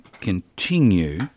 continue